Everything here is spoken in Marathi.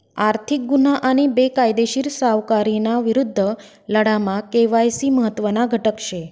आर्थिक गुन्हा आणि बेकायदेशीर सावकारीना विरुद्ध लढामा के.वाय.सी महत्त्वना घटक शे